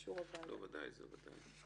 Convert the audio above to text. זה ודאי.